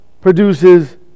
produces